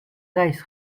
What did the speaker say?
reis